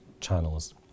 channels